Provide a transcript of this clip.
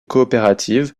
coopératives